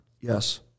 Yes